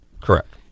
Correct